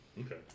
Okay